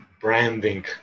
branding